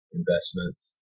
investments